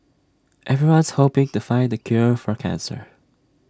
everyone's hoping to find the cure for cancer